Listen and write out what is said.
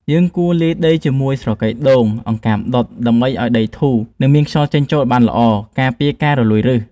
យើងគួរលាយដីជាមួយ ស្រកីដូង អង្កាមដុត ដើម្បីឱ្យដីធូរ និងមានខ្យល់ចេញចូលបានល្អ ការពារការរលួយឫស។